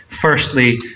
firstly